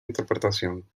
interpretación